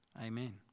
Amen